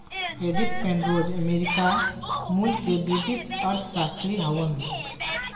Edith Penrose America मूल के British अर्थशास्त्री हउवन